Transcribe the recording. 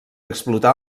explotar